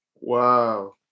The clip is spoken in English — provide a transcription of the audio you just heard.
Wow